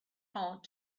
hard